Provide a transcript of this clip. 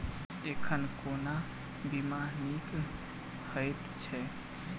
एखन कोना बीमा नीक हएत छै?